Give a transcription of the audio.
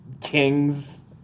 kings